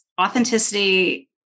authenticity